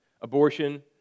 Abortion